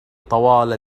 طوال